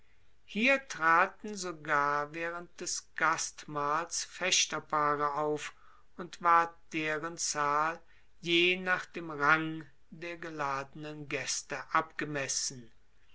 hier traten sogar waehrend des gastmahls fechterpaare auf und ward deren zahl je nach dem rang der geladenen gaeste abgemessen